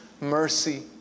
mercy